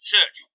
Search